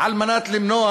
למנוע